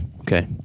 okay